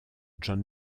john